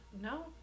no